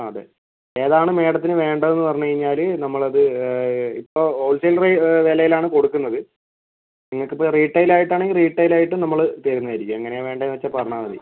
ആ അതെ ഏതാണ് മേഡത്തിന് വേണ്ടതെന്ന് പറഞ്ഞ് കഴിഞ്ഞാൽ നമ്മളത് ഇപ്പോൾ ഹോൾസെയിൽ റെ വിലയിലാണ് കൊടുക്കുന്നത് നിങ്ങൾക്കിപ്പം റീട്ടെയിൽ ആയിട്ടാണെങ്കിൽ റീട്ടെയിൽ ആയിട്ടും നമ്മൾ തരുന്നതായിരിക്കും എങ്ങനെയാണ് വേണ്ടതെന്ന് വെച്ചാൽ പറഞ്ഞാൽ മതി